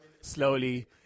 Slowly